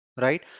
right